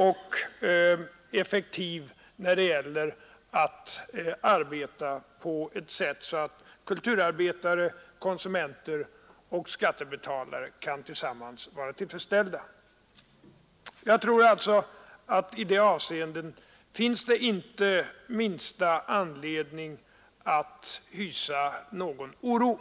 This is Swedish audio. som är effektiv och leder till ett sådant arbete som både kulturarbetarna, konsumenterna och skattebetalarna tillsammans kan vara tillfredsställda med. I det avseendet tror jag inte det finns minsta anledning att hysa någon oro.